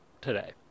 today